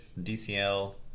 DCL